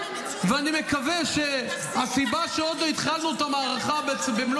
ואני מקווה שהסיבה שעוד לא התחלנו את המערכה במלוא